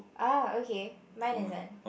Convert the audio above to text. ah okay mine isn't